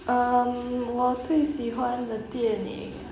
um 我最喜欢的电影啊